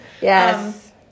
Yes